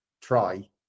try